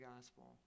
gospel